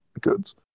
Goods